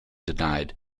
denied